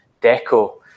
Deco